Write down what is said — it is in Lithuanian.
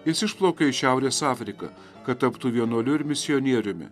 jis išplaukė į šiaurės afriką kad taptų vienuoliu ir misionieriumi